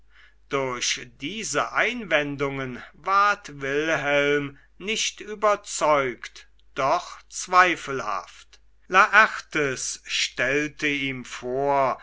durch diese einwendungen ward wilhelm nicht überzeugt doch zweifelhaft laertes stellte ihm vor